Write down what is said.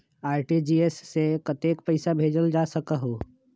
RTGS से कतेक पैसा भेजल जा सकहु???